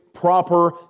proper